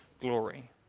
glory